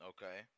Okay